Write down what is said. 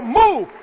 move